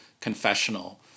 confessional